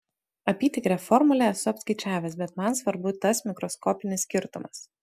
apytikrę formulę esu apskaičiavęs bet man svarbu tas mikroskopinis skirtumas